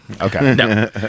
Okay